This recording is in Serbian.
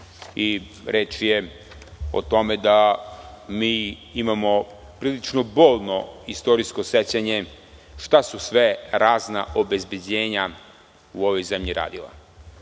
i reč je o tome da mi imamo prilično bolno istorijsko sećanje šta su sve razna obezbeđenja u ovoj zemlji radila. Mi